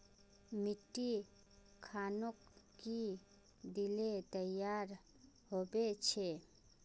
मिट्टी खानोक की दिले तैयार होबे छै?